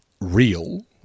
real